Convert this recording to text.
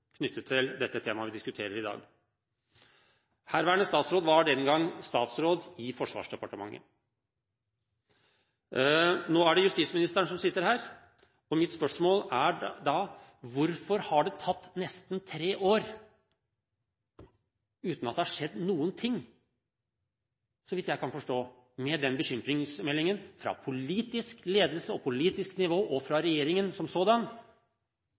knyttet til temaet vi diskuterer i dag. Herværende statsråd var den gang statsråd i Forsvarsdepartementet. Nå er det justisministeren som sitter her, og mitt spørsmål er da: Hvorfor har det tatt nesten tre år uten at det har skjedd noen ting – så vidt jeg kan forstå – med den bekymringsmeldingen fra verken politisk ledelse, politisk nivå eller regjeringen som sådan